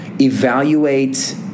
evaluate